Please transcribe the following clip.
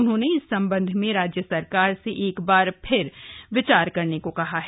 उन्होंने इस संबंध में राज्य सरकार से एक बार फिर से विचार करने को कहा है